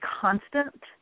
constant